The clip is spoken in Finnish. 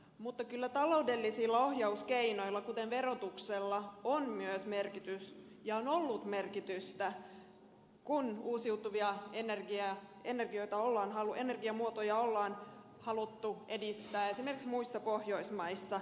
mutta kyllä taloudellisilla ohjauskeinoilla kuten verotuksella on myös merkitys ja on ollut merkitystä kun uusiutuvia energia energia jolla on halu energiamuotoja on haluttu edistää esimerkiksi muissa pohjoismaissa